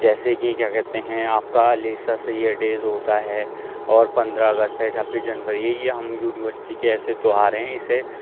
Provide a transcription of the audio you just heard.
جیسے کہ کیا کہتے ہیں آپ کا علی سر سید ڈیز ہوتا ہے اور پندرہ اگست ہے چھبیس جنوری ہے یہ ہم یونیورسٹی کے ایسے تہوار ہیں جسے